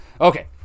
okay